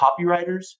copywriters